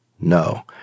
No